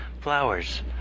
Flowers